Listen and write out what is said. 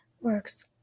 works